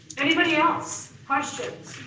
anybody else? questions?